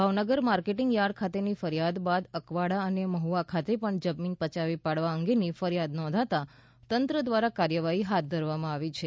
Bhavnagar marketing yard ખાતેની ફરિયાદ બાદ અકવાડા અને મહવા ખાતે પણ જમીન પયાવી પાડવા અંગેની ફરિયાદ નોંધાતા તંત્ર દ્રારા કાર્યવાહી હાથ ધરવામાં આવી છે